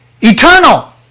Eternal